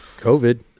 COVID